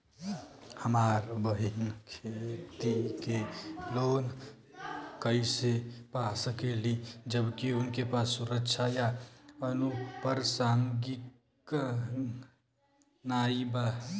हमार बहिन खेती के लोन कईसे पा सकेली जबकि उनके पास सुरक्षा या अनुपरसांगिक नाई बा?